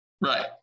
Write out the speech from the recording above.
Right